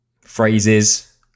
phrases